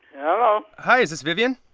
hello hi, is this vivian?